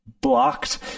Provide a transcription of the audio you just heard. blocked